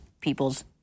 people's